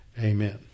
Amen